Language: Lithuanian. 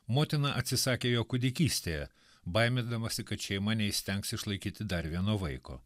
motina atsisakė jo kūdikystėje baimindamasi kad šeima neįstengs išlaikyti dar vieno vaiko